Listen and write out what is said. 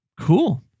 Cool